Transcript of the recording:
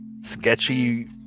sketchy